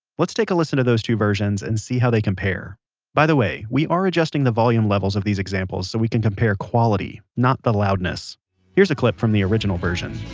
let's take a listen to those two versions, and see how they compare by the way, way, we are adjusting the volume levels of these examples so we can compare quality, not the loudness here's a clip from the original version